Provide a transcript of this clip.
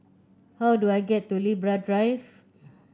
how do I get to Libra Drive